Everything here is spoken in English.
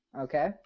Okay